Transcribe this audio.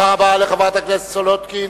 תודה רבה לחברת הכנסת סולודקין.